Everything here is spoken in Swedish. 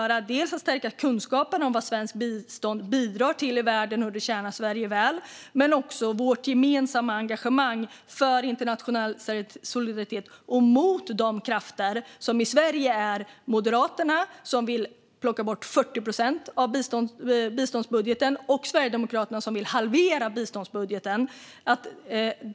Det handlar dels om att stärka kunskapen om vad svenskt bistånd bidrar till i världen och hur det tjänar Sverige väl, dels om vårt gemensamma engagemang för internationell solidaritet och mot de krafter som i Sverige är Moderaterna, som vill plocka bort 40 procent av biståndsbudgeten, och Sverigedemokraterna, som vill halvera biståndsbudgeten.